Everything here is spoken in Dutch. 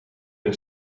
een